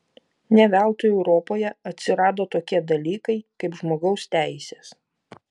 ne veltui europoje atsirado tokie dalykai kaip žmogaus teisės